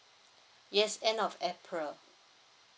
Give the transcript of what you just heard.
yes end of april